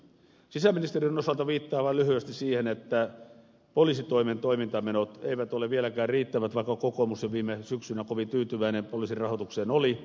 sisäministeriön osalta viittaan vain lyhyesti siihen että poliisitoimen toimintamenot eivät ole vieläkään riittävät vaikka kokoomus jo viime syksynä kovin tyytyväinen poliisin rahoitukseen oli